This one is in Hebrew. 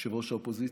ראש האופוזיציה,